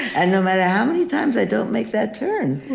and no matter how many times i don't make that turn,